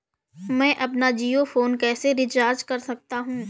मैं अपना जियो फोन कैसे रिचार्ज कर सकता हूँ?